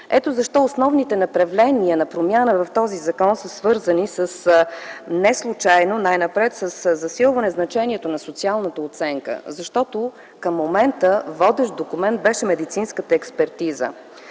Ето защо основните направления на промяна в този закон са свързани неслучайно най-напред със засилване значението на социалната оценка, защото към момента водещ документ беше медицинската експертиза.